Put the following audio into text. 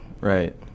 Right